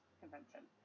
convention